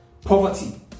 Poverty